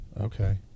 Okay